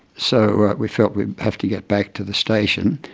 so we felt we'd have to get back to the station.